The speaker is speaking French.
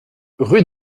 rue